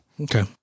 okay